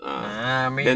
ah maybe